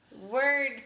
word